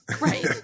Right